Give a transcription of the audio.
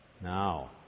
Now